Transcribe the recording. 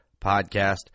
podcast